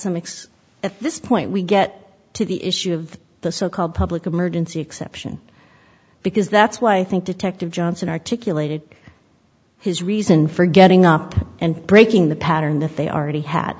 x at this point we get to the issue of the so called public emergency exception because that's why i think detective johnson articulated his reason for getting up and breaking the pattern that they already